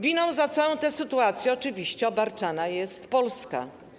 Winą za całą tę sytuację oczywiście obarczana jest Polska.